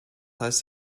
heißt